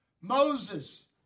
Moses